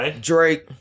Drake